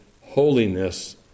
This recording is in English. holiness